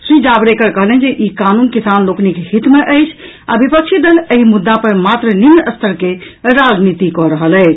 श्री जावड़ेकर कहलनि जे ई कानून किसान लोकनिक हित मे अछि आ विपक्षी दल एहि मुद्दा पर मात्र निम्न स्तर के राजनीति कऽ रहल अछि